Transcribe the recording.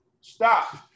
Stop